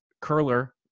curler